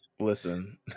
listen